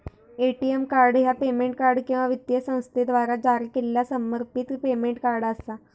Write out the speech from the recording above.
ATM card ह्या payment card किंवा वित्तीय संस्थेद्वारा जारी केलेला समर्पित पेमेंट कार्ड असा